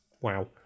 wow